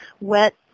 wet